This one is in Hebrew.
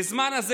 בזמן הזה,